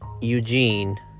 Eugene